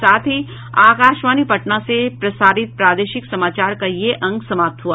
इसके साथ ही आकाशवाणी पटना से प्रसारित प्रादेशिक समाचार का ये अंक समाप्त हुआ